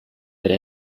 with